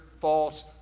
false